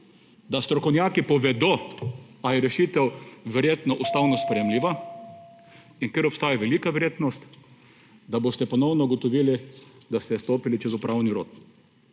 da strokovnjaki povedo, ali je rešitev verjetno ustavno sprejemljiva, in ker obstaja velika verjetnost, da boste ponovno ugotovili, da ste stopili čez upravni rok.